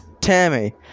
Tammy